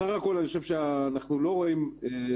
בסך הכול אני חושב שאנחנו לא רואים סדרי